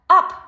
Up